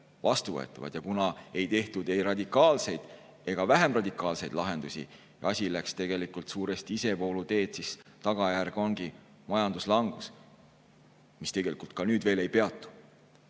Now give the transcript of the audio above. vastuvõetavad. Kuna ei tehtud ei radikaalseid ega vähem radikaalseid lahendusi ja asi läks tegelikult suuresti isevooluteed, siis tagajärg ongi majanduslangus, mis tegelikult ka nüüd veel ei peatu.